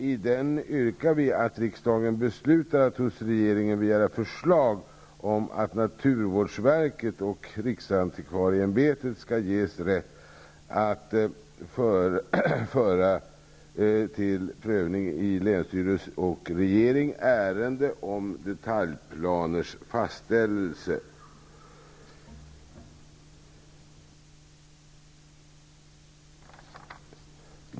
I den yrkar vi att riksdagen beslutar att hos regeringen begära förslag om att naturvårdsverket och riksantikvarieämbetet skall ges rätt att till prövning i länsstyrelse och regering föra ärenden om detaljplaners fastställelse.